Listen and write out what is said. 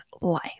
life